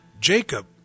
Jacob